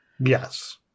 Yes